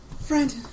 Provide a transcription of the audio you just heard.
Friend